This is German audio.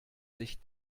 sich